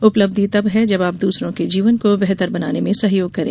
उपलब्धि तब है जब आप दूसरों के जीवन को बेहतर बनाने में सहयोग करें